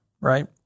right